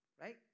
Right